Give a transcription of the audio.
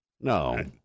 No